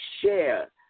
share